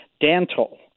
dental